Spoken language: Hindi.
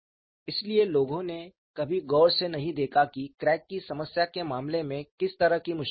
इसलिए लोगों ने कभी गौर से नहीं देखा कि क्रैक की समस्या के मामले में किस तरह की मुश्किलें आती हैं